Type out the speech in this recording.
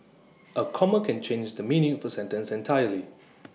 A comma can change the meaning of A sentence entirely